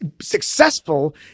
successful